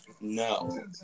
no